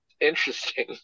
interesting